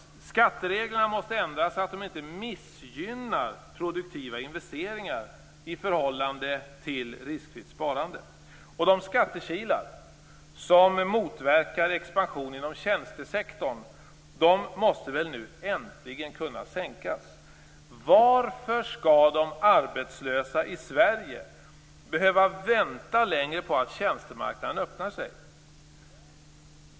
Skattereglerna måste ändras så att de inte missgynnar produktiva investeringar i förhållande till riskfritt sparande. De skattekilar som motverkar expansion inom tjänstesektorn måste väl nu äntligen kunna sänkas. Varför skall de arbetslösa i Sverige behöva vänta längre på att tjänstemarknaden öppnar sig?